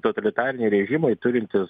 totalitariniai režimai turintys